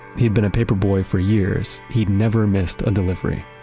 he'd been a paperboy for years he'd never missed a delivery.